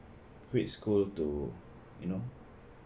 which school to you know